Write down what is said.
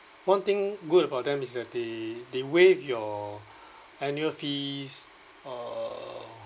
one thing good about them is that they they waive your annual fees uh